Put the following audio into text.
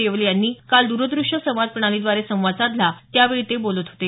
येवले यांनी काल दूर दृष्य संवाद प्रणालीद्वारे संवाद साधला त्यावेळी ते बोलत होते